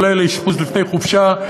אולי לאשפוז לפני חופשה,